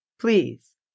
Please